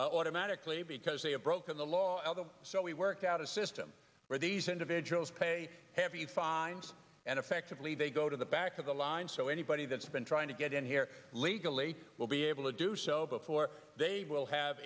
automatically because they have broken the law so we worked out a system where these individuals pay have you find and effectively they go to the back of the line so anybody that's been trying to get in here legally will be able to do so before they will have